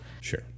Sure